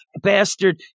bastard